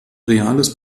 reales